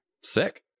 Sick